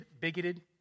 bigoted